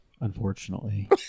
unfortunately